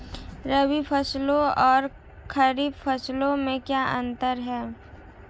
रबी फसलों और खरीफ फसलों में क्या अंतर है?